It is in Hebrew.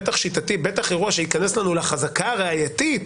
בטח אירוע שייכנס לנו לחזקה הראייתית,